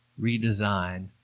redesign